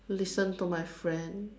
listen to my friend